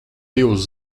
divus